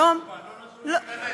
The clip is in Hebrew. מה זה לא מקובל, לא נתנו להיכנס.